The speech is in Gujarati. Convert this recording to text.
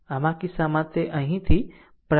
આમ આ કિસ્સામાં તે અહીંથી પ્રારંભ થશે